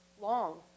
Long